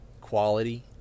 quality